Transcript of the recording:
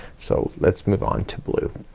so let's move on to blue.